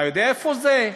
אתה יודע איפה זה?